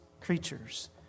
creatures